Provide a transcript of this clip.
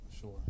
sure